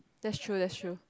that's true that's true